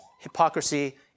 hypocrisy